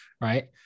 right